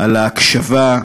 על ההקשבה,